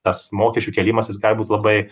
tas mokesčių kėlimas jis gali būt labai